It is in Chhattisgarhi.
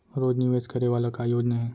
रोज निवेश करे वाला का योजना हे?